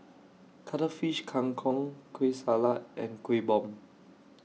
Cuttlefish Kang Kong Kueh Salat and Kuih Bom